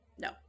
No